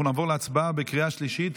אנחנו נעבור להצבעה בקריאה השלישית.